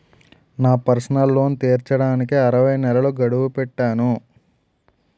నా personal loan తీర్చడానికి అరవై నెలల గడువు పెట్టాను